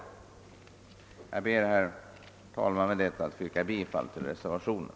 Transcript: Herr talman! Jag ber att få yrka bifall till reservationen.